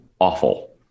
awful